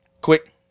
quick